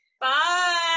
bye